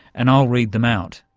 and i'll read them out.